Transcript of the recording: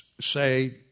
say